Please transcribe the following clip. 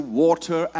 water